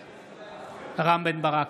בעד רם בן ברק,